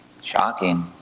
Shocking